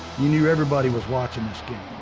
you knew everybody was watching this game.